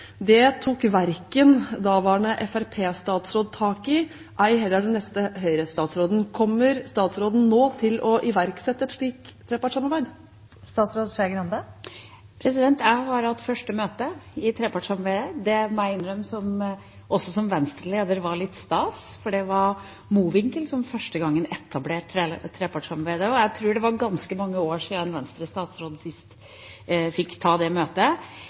Det tok ikke daværende Fremskrittsparti-statsråd tak i – ei heller den neste, Høyre-statsråden. Kommer statsråden nå til å iverksette et slikt trepartssamarbeid? Jeg har hatt første møte i trepartssamarbeidet. Det må jeg innrømme, også som Venstre-leder, var litt stas, for det var Mowinckel som første gang etablerte trepartssamarbeidet, og jeg tror det var ganske mange år siden en Venstre-statsråd sist fikk ta det møtet.